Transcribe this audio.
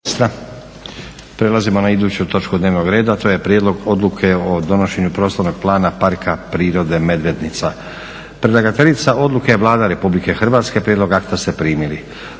Prelazimo na iduću točku dnevnog reda, to je: - Prijedlog odluke o donošenju prostornog plana Parka prirode Medvednica. Predlagateljica odluke je Vlada Republike Hrvatske. Prijedlog akta ste primili.